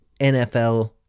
NFL